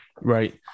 right